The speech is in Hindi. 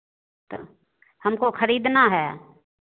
तब हमको खरीदना है